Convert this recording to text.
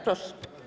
Proszę.